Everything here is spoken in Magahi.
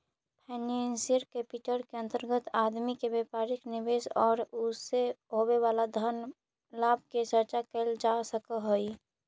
फाइनेंसियल कैपिटल के अंतर्गत आदमी के व्यापारिक निवेश औउर उसे होवे वाला धन लाभ के चर्चा कैल जा सकऽ हई